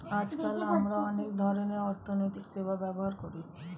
আজকাল আমরা অনেক ধরনের অর্থনৈতিক সেবা ব্যবহার করি